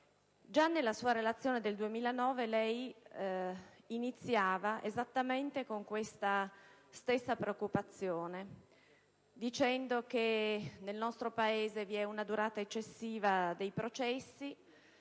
Già nella sua relazione del 2009, appunto, lei iniziava con questa stessa preoccupazione, dicendo che nel nostro Paese vi è una «durata eccessiva dei processi»